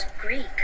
greek